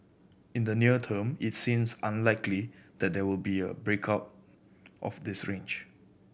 in the near term it seems unlikely that there will be a break out of this range